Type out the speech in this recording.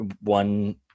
One